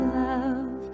love